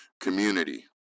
community